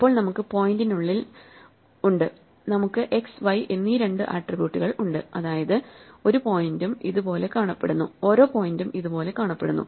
ഇപ്പോൾ നമുക്ക് പോയിന്റിനുള്ളിൽ ഉണ്ട് നമുക്ക് x y എന്നീ രണ്ട് ആട്രിബ്യൂട്ടുകൾ ഉണ്ട് അതായത് ഓരോ പോയിന്റും ഇതുപോലെ കാണപ്പെടുന്നു